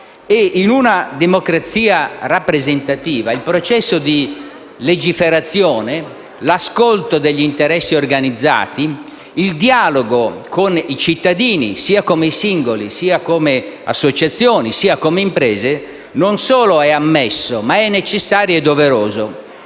in una democrazia rappresentativa, il processo di legiferazione, l'ascolto degli interessi organizzati, il dialogo con i cittadini, sia come singoli, sia come associazioni, sia come imprese, non solo è ammesso, ma è necessario e doveroso.